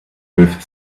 with